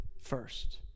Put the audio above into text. first